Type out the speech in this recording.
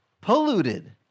polluted